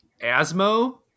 Asmo